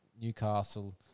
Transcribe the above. Newcastle